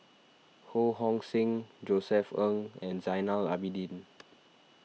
Ho Hong Sing Josef Ng and Zainal Abidin